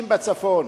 60 בצפון: